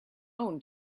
own